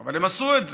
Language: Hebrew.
אבל הם עשו את זה.